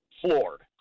floored